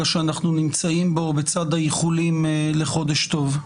שאנחנו נמצאים בו בצד האיחולים לחודש טוב.